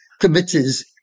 committees